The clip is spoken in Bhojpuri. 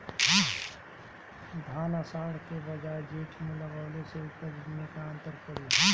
धान आषाढ़ के बजाय जेठ में लगावले से उपज में का अन्तर पड़ी?